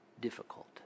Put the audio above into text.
difficult